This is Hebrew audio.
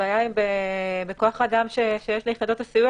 הבעיה היא בכוח האדם שיש ליחידות הסיוע